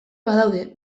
badaude